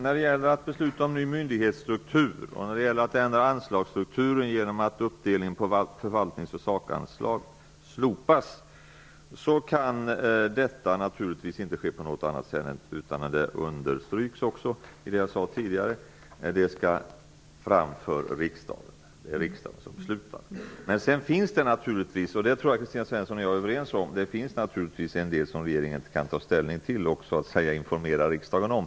Fru talman! Beslut om ny myndighetsstruktur och om ändring av anslagsstrukturen så att uppdelningen på förvaltnings och sakanslag slopas kan naturligtvis inte fattas på något annat sätt -- och det underströks också i det som jag tidigare sade -- än efter framläggande av förslag till riksdagen, som sedan beslutar. Men det finns naturligtvis också -- och det tror jag att Kristina Svensson och jag är överens om -- en del som regeringen kan ta ställning till och informera riksdagen om.